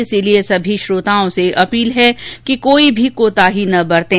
इसलिए सभी श्रोताओं से अपील है कि कोई भी कोताही न बरतें